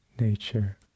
nature